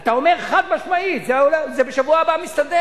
אתה אומר חד-משמעית: זה בשבוע שעבר מסתדר.